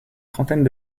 trentaine